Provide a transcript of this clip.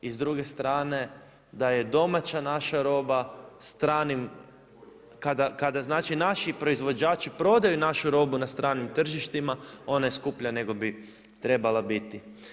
I s druge strane da je domaća naša roba stranim, kada znači naši proizvođači prodaju našu robu na stranim tržištima ona je skuplja nego bi trebala biti.